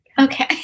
Okay